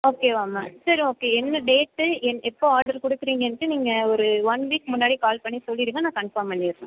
ஓகேவா மேம் சரி ஓகே என்ன டேட்டு என்ன எப்போது ஆர்டர் கொடுக்குறீங்கன்ட்டு நீங்கள் ஒரு ஒன் வீக் முன்னாடியே கால் பண்ணி சொல்லிவிடுங்க நான் கன்ஃபார்ம் பண்ணிடுறேன்